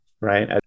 Right